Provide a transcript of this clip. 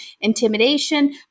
intimidation